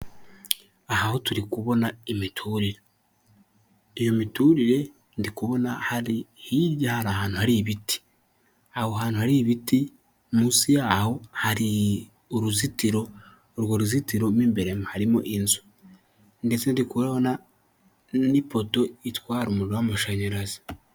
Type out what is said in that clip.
Inama ikoranyije abantu benshi batandukanye bafite inshingano zitandukanye mu rwego rwa leta bambaye imyambaro itandukanye harimo amakote abandi na mama, abandi ni abapapa, harimo abakuze n'abatoya.